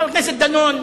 חבר הכנסת דנון,